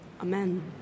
Amen